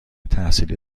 تحصیلی